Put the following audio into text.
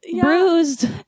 bruised